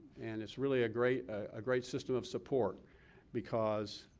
and it's really a great a great system of support because